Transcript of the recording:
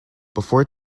before